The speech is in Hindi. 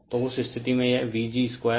तो उस स्थिति में यह Vg2RLR g RL2होगा